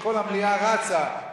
כשכל המליאה רצה,